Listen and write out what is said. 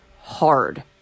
hard